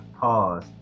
Pause